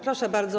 Proszę bardzo.